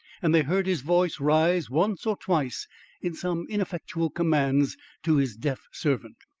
and they heard his voice rise once or twice in some ineffectual commands to his deaf servant,